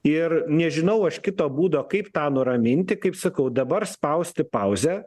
ir nežinau aš kito būdo kaip tą nuraminti kaip sakau dabar spausti pauzę